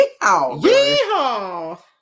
Yeehaw